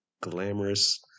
glamorous